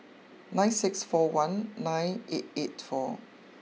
nine six four one nine eight eight four